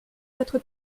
votre